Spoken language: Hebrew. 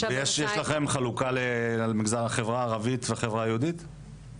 יש לכם חלוקה לגבי החברה היהודית והחברה הערבית?